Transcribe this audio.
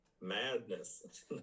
Madness